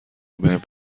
وبهم